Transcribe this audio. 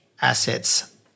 assets